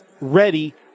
ready